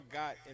got